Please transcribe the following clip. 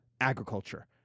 agriculture